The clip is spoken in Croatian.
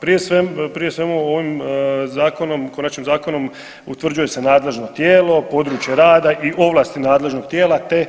Prije svega ovim Konačnim zakonom utvrđuje se nadležno tijelo, područje rada i ovlasti nadležnog tijela te